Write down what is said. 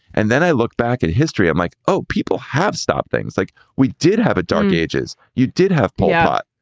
and then i look back at history. i'm like, oh, people have stopped things like we did have a dark ages. you did have pulled out.